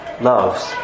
loves